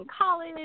college